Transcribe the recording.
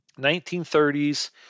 1930s